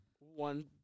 one